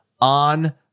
on